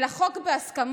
אלא חוק בהסכמות,